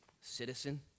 citizen